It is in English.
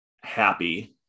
happy